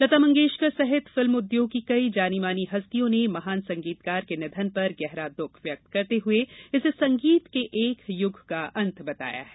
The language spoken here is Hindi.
लता मंगेशकर सहित फिल्म उद्योग की कई जानी मानी हस्तियों ने महान संगीतकार के निधन पर गहरा दुख व्यक्त करते हुए इसे संगीत के एक युग का अंत बताया है